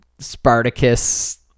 spartacus